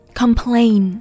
complain